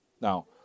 Now